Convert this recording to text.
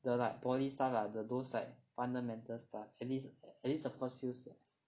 the like poly stuff lah the those like fundamental stuff at least at least the first few sems